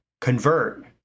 convert